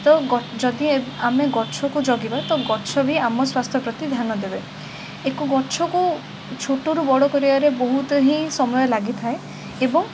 ତ ଯଦି ଆମେ ଗଛ କୁ ଜଗିବା ତ ଗଛ ବି ଆମ ସ୍ବାସ୍ଥ୍ୟପ୍ରତି ଧ୍ୟାନଦେବେ ଏକ ଗଛକୁ ଛୋଟ ରୁ ବଡ଼ କରିବାରେ ବହୁତ ହିଁ ସମୟ ଲାଗିଥାଏ ଏବଂ